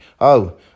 Oh